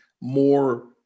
more